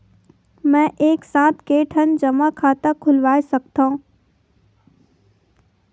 मैं एक साथ के ठन जमा खाता खुलवाय सकथव?